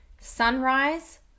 sunrise